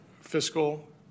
fiscal